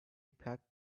packed